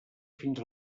fins